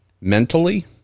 mentally